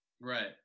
Right